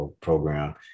program